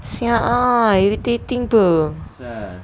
siak ah irritating betul